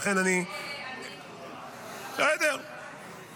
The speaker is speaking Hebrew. לכן אני --- אני, לא שמעת אותי.